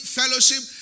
fellowship